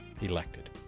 elected